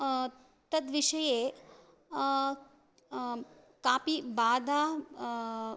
तद्विषये कापि बाधा